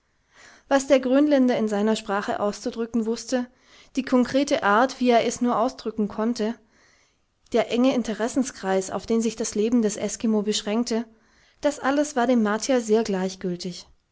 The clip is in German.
was der grönländer in seiner sprache auszudrücken wußte die konkrete art wie er es nur ausdrücken konnte der enge interessenkreis auf den sich das leben des eskimo beschränkte das alles war dem martier sehr gleichgültig